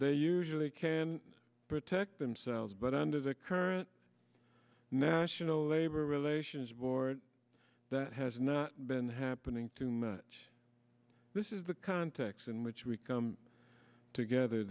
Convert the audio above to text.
they usually can protect themselves but under the current national labor relations board that has not been happening too much this is the context in which we come together